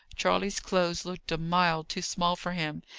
charley's clothes looked a mile too small for him,